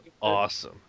awesome